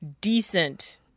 decent